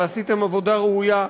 ועשיתם עבודה ראויה.